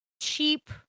cheap